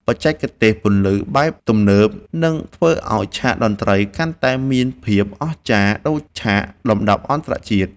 បច្ចេកទេសពន្លឺបែបទំនើបនឹងធ្វើឱ្យឆាកតន្ត្រីកាន់តែមានភាពអស្ចារ្យដូចឆាកលំដាប់អន្តរជាតិ។